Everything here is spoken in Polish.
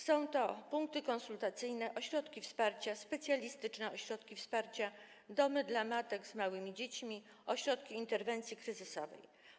Są to punkty konsultacyjne, ośrodki wsparcia, specjalistyczne ośrodki wsparcia, domy dla matek z małymi dziećmi, ośrodki interwencji kryzysowej.